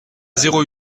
zéro